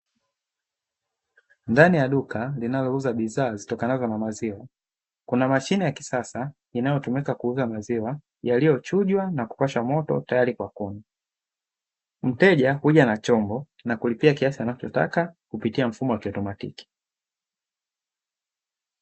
Ndani ya duka linalouza bidhaa zitokanazo na maziwa kuna mashine ya kisasa inayotumika kuuza maziwa yaliyochujwa na kupashwa moto tayari kwa kunywa. Mteja huja na chombo na kulipia kiasi anachotaka kupitia mfumo wa kiautomatiki.